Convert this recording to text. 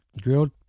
Grilled